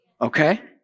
Okay